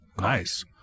Nice